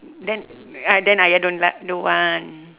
then ah then ayah don't like don't want